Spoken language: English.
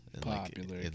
Popular